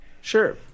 Sure